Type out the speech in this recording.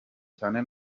cyane